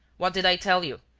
what did i tell you?